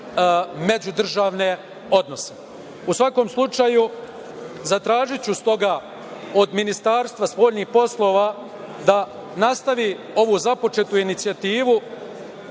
međudržavne odnose.U svakom slučaju, zatražiću stoga od Ministarstva spoljnih poslova da nastavi ovu započetu inicijativu